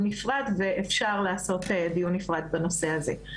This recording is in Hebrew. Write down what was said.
נפרד ואפשר לעשות דיון נפרד בנושא הזה.